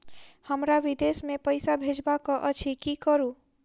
हमरा विदेश मे पैसा भेजबाक अछि की करू?